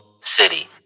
City